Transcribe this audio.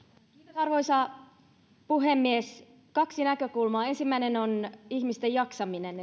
arvoisa puhemies kaksi näkökulmaa ensimmäinen on ihmisten jaksaminen